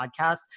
podcast